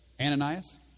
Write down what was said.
Ananias